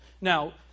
Now